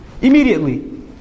Immediately